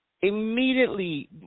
immediately